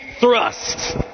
thrust